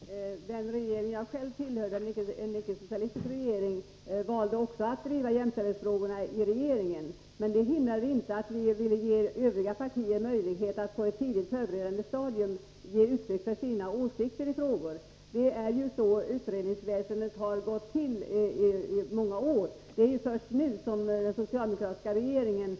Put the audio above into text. Fru talman! Den regering jag själv tillhörde — en icke-socialistisk regering — valde också att driva jämställdhetsfrågorna i regeringen. Det hindrade inte att vi ville ge alla partier möjlighet att på ett tidigt stadium ge uttryck för sina åsikter i frågorna. Det är så utredningsväsendet har fungerat i många år. Det är först nu som den socialdemokratiska regeringen